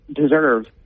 deserve